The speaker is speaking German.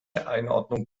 einordnung